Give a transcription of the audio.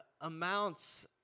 amounts